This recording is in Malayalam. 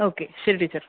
ഓക്കെ ശരി ടീച്ചർ